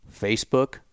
Facebook